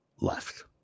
left